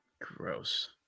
Gross